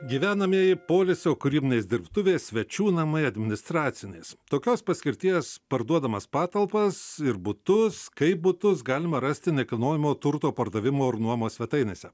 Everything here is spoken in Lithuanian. gyvenamieji poilsio kūrybinės dirbtuvės svečių namai administracinės tokios paskirties parduodamas patalpas ir butus kaip butus galima rasti nekilnojamo turto pardavimo ar nuomos svetainėse